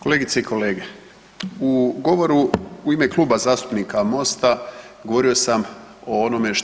Kolegice i kolege, u govoru u ime Kluba zastupnika MOST-a govorio sam o onome što